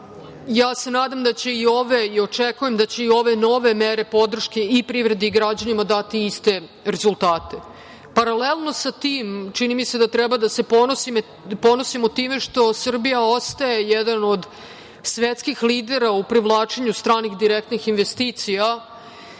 da se ja nadam i očekujem da će ove nove mere podrške i privredi i građanima dati iste rezultate. Paralelno sa tim čini mi se da treba da se ponosimo time što Srbija ostaje jedan od svetskih lidera u privlačenju stranih direktnih investicija